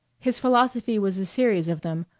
his philosophy was a series of them,